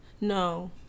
No